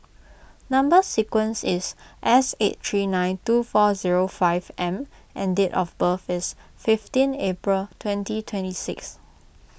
Number Sequence is S eight three nine two four zero five M and date of birth is fifteen April twenty twenty six